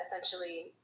essentially